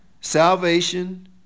salvation